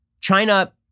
China